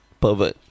pervert